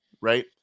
right